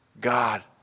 God